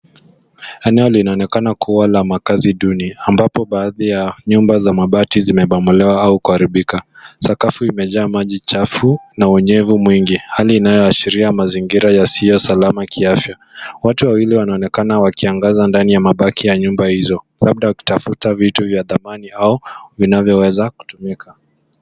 Eneo linaonekana kuwa la makazi duni ambapo baadhi ya nyumba za mabati zimebomolewa au kuharibika. Sakafu imejaa maji chafu na unyevu mwingi, hali inayoashiria mazingira yasiyo salama kiafya. Watu wawili wanaonekana wakiangaza ndani ya mabaki ya nyumba hizo labda wakitafuta vitu vya thamani au vinavyoweza kutumika.